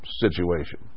situation